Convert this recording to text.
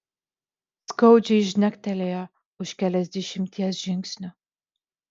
skaudžiai žnektelėjo už keliasdešimties žingsnių